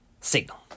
signal